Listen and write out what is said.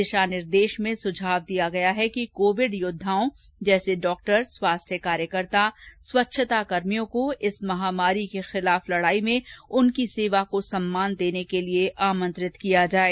दिशा निर्देश में सुझाव दिया गया है कि कोविड योद्धाओं जैसे डॉक्टर स्वास्थ्य कार्यकता स्वच्छता कर्मियों को इस महामारी के खिलाफ लड़ाई में उनकी सेवा को सम्मान देने के लिए आमंत्रित किया जाये